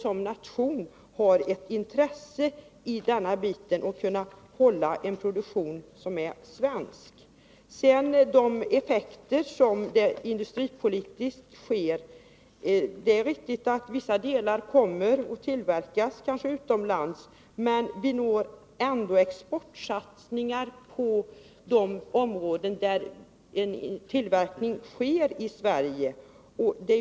Som nation har vi också ett intresse av att delta i produktionen på detta område. Det är riktigt att vissa delar av satelliten kommer att tillverkas utomlands, men vi får ändå exportsatsningar på de områden där tillverkning sker i Sverige.